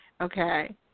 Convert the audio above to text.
Okay